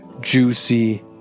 juicy